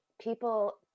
people